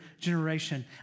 generation